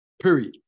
period